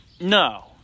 No